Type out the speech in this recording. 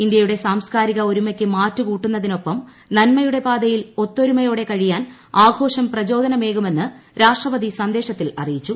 ഇന്ത്യയുടെ സാംസ്കാരിക ഒരുമയ്ക്ക് മാറ്റുകൂട്ടുന്നതിനൊപ്പം നന്മയുടെ പാതയിൽ ഒത്തൊരുമയോടെ കഴിയാൻ ആഘോഷം പ്രചോദനമേകുമെന്ന് രാഷ്ട്രപതി സന്ദേശത്തിൽ അറിയിച്ചു